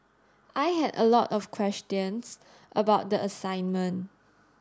I had a lot of questions about the assignment